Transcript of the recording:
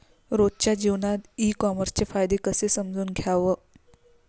रोजच्या जीवनात ई कामर्सचे फायदे कसे समजून घ्याव?